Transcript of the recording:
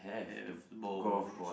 have balls